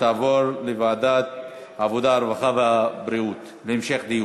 לוועדת העבודה, הרווחה והבריאות נתקבלה.